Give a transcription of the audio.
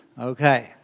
Okay